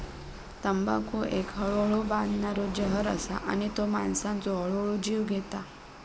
तंबाखू एक हळूहळू बादणारो जहर असा आणि तो माणसाचो हळूहळू जीव घेता